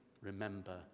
remember